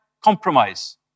compromise